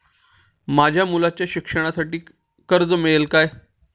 माझ्या मुलाच्या शिक्षणासाठी कर्ज मिळेल काय?